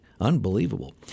Unbelievable